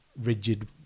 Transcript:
rigid